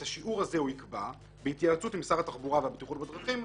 את השיעור הזה הוא יקבע בהתייעצות עם שר התחבורה והבטיחות בדרכים,